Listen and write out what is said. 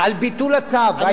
על ביטול הצו.